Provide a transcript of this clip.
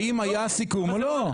האם היה סיכום או לא.